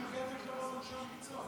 זו אמירה שלא מעוגנת על ידי אנשי המקצוע.